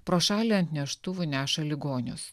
pro šalį ant neštuvų neša ligonius